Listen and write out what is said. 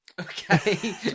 Okay